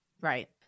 Right